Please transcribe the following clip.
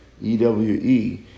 e-w-e